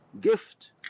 gift